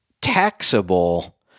taxable